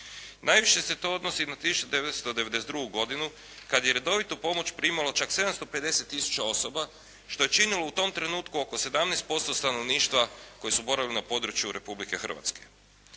Najviše se to odnosi na 1990., 1992. godinu kada je redovitu pomoć primalo čak 750 tisuća osoba što je činilo u tom trenutku oko 17% stanovništva koji su boravili na području Republike Hrvatske.